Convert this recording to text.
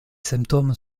symptômes